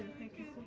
thank you.